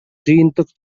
жыйынтык